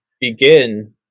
begin